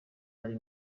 ari